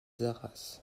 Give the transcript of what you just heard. haras